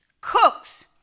cooks